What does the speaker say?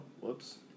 Whoops